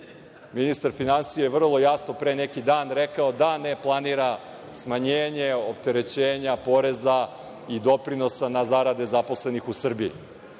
Ministar finansija je vrlo jasno pre neki dan rekao da ne planira smanjenje opterećenja poreza i doprinosa na zarade zaposlenih u Srbiji.